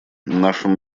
нашим